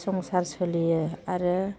संसार सोलियो आरो